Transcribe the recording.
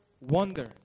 wonder